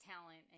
talent